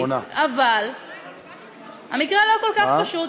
אבל המקרה לא כל כך פשוט.